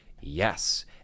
yes